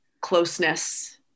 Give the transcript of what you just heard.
closeness